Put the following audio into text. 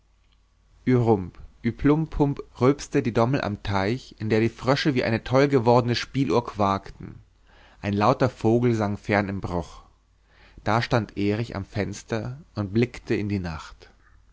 ü plump pump rülpste die dommel am teich in dem die frösche wie eine tollgewordene spieluhr quakten ein lauter vogel sang fern im bruch da stand erich am fenster und blickte in die nacht